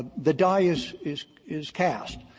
the die is is is cast.